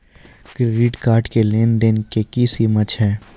Credit card के लेन देन के की सीमा छै?